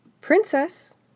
Princess